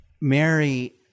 Mary